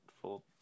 full